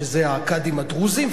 שזה הקאדים הדרוזים,